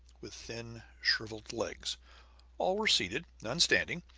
with thin, shriveled legs all were seated, none standing,